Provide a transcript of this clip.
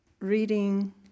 reading